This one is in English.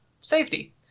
Safety